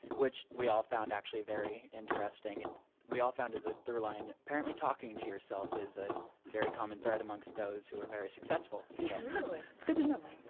which we all found actually very interesting. and we all found as a throughline, apparently talking to yourself is a very common thread amongst those who are very successful. really. it's good to know.